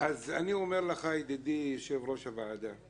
אני אומר לך, ידידי יושב-ראש הוועדה,